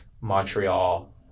Montreal